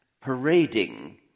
parading